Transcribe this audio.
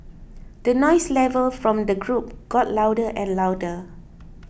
the noise level from the group got louder and louder